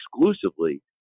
exclusively